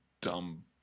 dumb